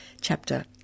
chapter